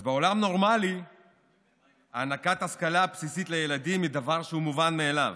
אז בעולם נורמלי הענקת השכלה בסיסית לילדים היא דבר שהיא מובן מאליו,